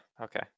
okay